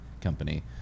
company